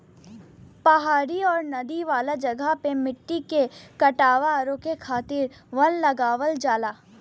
पहाड़ी आउर नदी वाला जगह पे मट्टी के कटाव रोके खातिर वन लगावल जाला